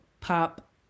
pop